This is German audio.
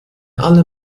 alle